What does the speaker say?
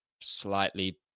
slightly